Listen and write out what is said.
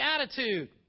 attitude